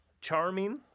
charming